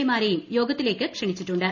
A മാരേയും യോഗത്തിലേക്ക് ക്ഷണിച്ചിട്ടുണ്ട്